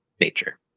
nature